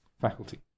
faculty